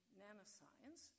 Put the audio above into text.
nanoscience